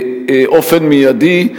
באופן מיידי.